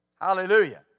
Hallelujah